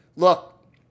Look